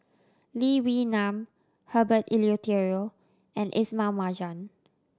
Lee Wee Nam Herbert Eleuterio and Ismail Marjan